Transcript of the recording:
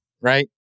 Right